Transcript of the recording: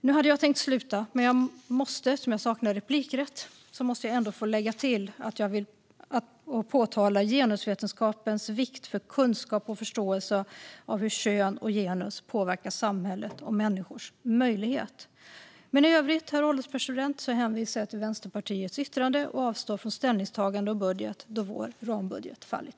Nu hade jag tänkt sluta, men eftersom jag saknar replikrätt måste jag ändå som ett tillägg få framhålla genusvetenskapens vikt för kunskap om och förståelse för hur kön och genus påverkar samhället och människors möjligheter. I övrigt, herr ålderspresident, hänvisar jag till Vänsterpartiets särskilda yttrande och avstår från ställningstagande om budgeten då vår rambudget fallit.